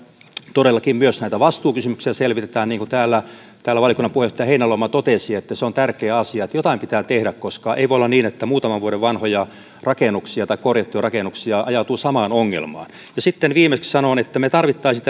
todellakin myös näitä vastuukysymyksiä selvitetään niin kuin täällä täällä valiokunnan puheenjohtaja heinäluoma totesi että se on tärkeä asia jotain pitää tehdä koska ei voi olla niin että muutaman vuoden vanhoja rakennuksia tai korjattuja rakennuksia ajautuu samaan ongelmaan sitten viimeiseksi sanon että me tarvitsisimme